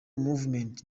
movement